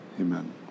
amen